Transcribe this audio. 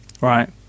Right